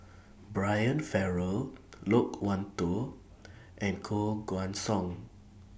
Brian Farrell Loke Wan Tho and Koh Guan Song